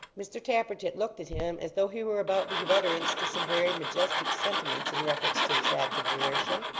mr tappertit looked at him as though he were about to give utterance to some very majestic sentiments in reference to this act of desertion,